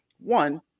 one